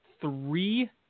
three